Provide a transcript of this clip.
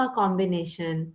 combination